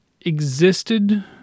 existed –